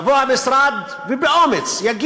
יבוא המשרד ויגיד באומץ: